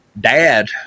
Dad